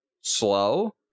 slow